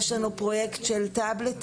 יש לנו פרויקט של טאבלטים,